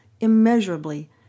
immeasurably